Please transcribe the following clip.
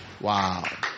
Wow